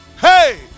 Hey